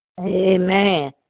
Amen